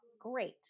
Great